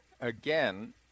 again